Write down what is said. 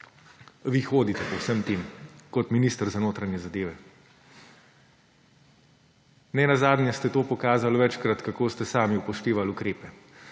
vi hodite po vsem tem kot minister za notranje zadeve. Nenazadnje ste to pokazali večkrat, kako ste sami upoštevali ukrepe.